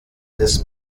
des